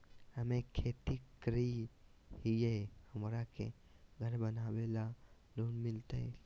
हमे खेती करई हियई, हमरा के घर बनावे ल लोन मिलतई?